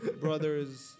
Brothers